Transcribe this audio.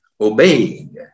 obeying